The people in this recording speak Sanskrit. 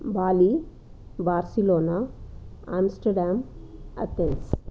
Bali Barcelona Amsterdam Athens